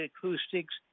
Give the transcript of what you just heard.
acoustics